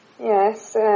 Yes